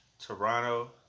Toronto